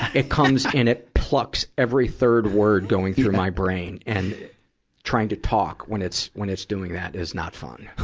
it comes and it plucks every third word going through my brain. and trying to talk when it's, when it's doing that is not fun.